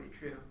true